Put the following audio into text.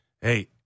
hey